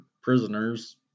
prisoners